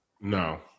No